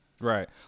Right